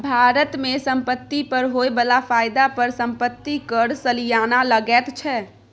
भारत मे संपत्ति पर होए बला फायदा पर संपत्ति कर सलियाना लगैत छै